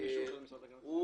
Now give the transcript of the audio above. הוא